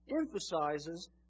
emphasizes